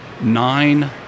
nine